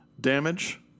Damage